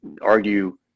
argue